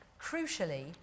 crucially